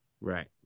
right